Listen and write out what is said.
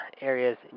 areas